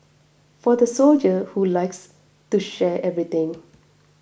for the soldier who likes to share everything